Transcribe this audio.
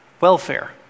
Welfare